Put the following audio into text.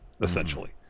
essentially